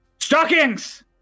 Stockings